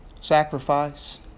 Sacrifice